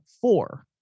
four